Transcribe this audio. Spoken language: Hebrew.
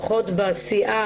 לפחות בסיעה,